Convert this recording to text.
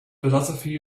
philosophy